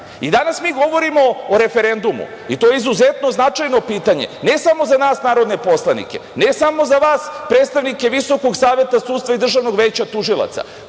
mi govorimo o referendum. To je izuzetno značajno pitanje, ne samo za nas narodne poslanike, ne samo za vas predstavnike Visokog saveta sudstva i Državnog veća tužioca,